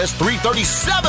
$337